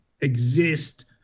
exist